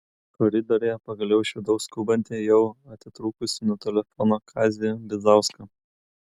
koridoriuje pagaliau išvydau skubantį jau atitrūkusį nuo telefono kazį bizauską